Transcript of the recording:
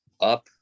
up